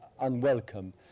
unwelcome